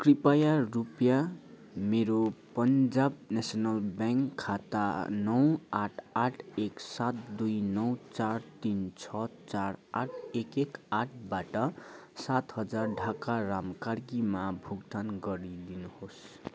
कृपया रुपियाँ मेरो पन्जाब नेसनल ब्याङ्क खाता नौ आठ आठ एक सात दुई नौ चार तिन छ चार आठ एक एक आठबाट सात हजार ढाका राम कार्कीमा भुक्तान गरी दिनुहोस्